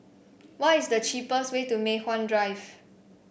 what is the cheapest way to Mei Hwan Drive